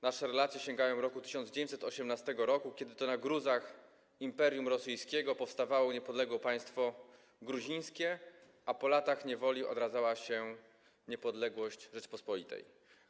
Nasze relacje sięgają roku 1918, kiedy to na gruzach imperium rosyjskiego powstawało niepodległe państwo gruzińskie, a po latach niewoli odradzała się niepodległość Rzeczypospolitej.